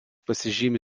pasižymi